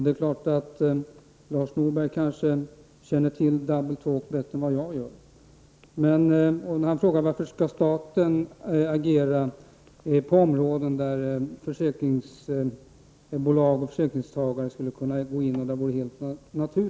Det är klart att Lars Norberg känner till double-talk bättre än jag. Han frågade varför staten skall agera på områden där det vore naturligt att försäkringsbolag gick in.